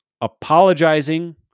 apologizing